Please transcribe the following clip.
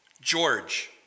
George